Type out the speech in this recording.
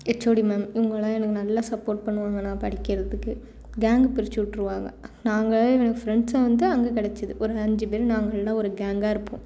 HOD ma'am இவங்கள்லாம் எனக்கு நல்லா சப்போர்ட் பண்ணுவாங்க நான் படிக்கிறதுக்கு கேங்கு பிரித்து விட்ருவாங்க நாங்கள் எனக்கு ஃப்ரெண்ட்ஸாக வந்து அங்கே கெடைச்சிது ஒரு அஞ்சு பேர் நாங்கள்லாம் ஒரு கேங்காக இருப்போம்